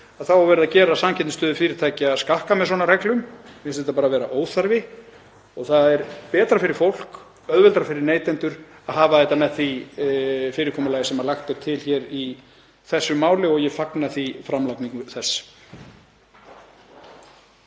þá er verið að gera samkeppnisstöðu fyrirtækja skakka með svona reglum. Mér finnst þetta bara vera óþarfi og það er betra fyrir fólk, auðveldara fyrir neytendur að hafa þetta með því fyrirkomulagi sem lagt er til í þessu máli og ég fagna því framlagningu þess.